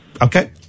Okay